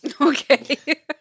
Okay